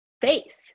face